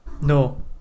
No